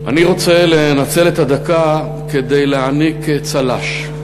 אני רוצה לנצל את הדקה כדי להעניק צל"ש,